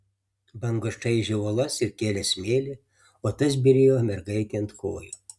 bangos čaižė uolas ir kėlė smėlį o tas byrėjo mergaitei ant kojų